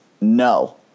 no